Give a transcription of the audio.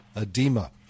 edema